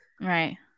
Right